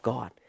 God